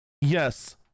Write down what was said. Yes